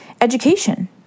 Education